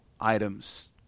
items